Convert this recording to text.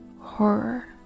horror